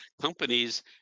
companies